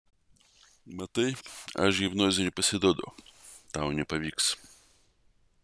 matai aš hipnozei nepasiduodu tau nepavyks